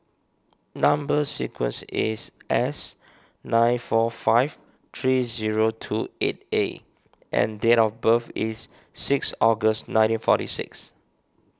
Number Sequence is S nine four five three zero two eight A and date of birth is six August nineteen forty six